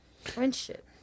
friendship